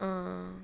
ah